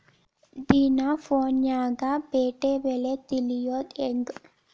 ದಿನಾ ಫೋನ್ಯಾಗ್ ಪೇಟೆ ಬೆಲೆ ತಿಳಿಯೋದ್ ಹೆಂಗ್?